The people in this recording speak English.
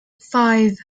five